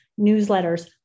newsletters